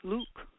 Luke